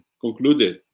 concluded